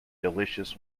delicious